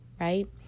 right